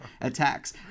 attacks